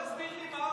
מה זה "נסתדר מכאן"?